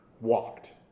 walked